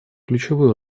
ключевую